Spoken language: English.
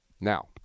Now